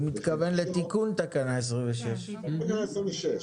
הוא מתכוון לתיקון תקנה 26. תיקון תקנה 26,